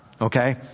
Okay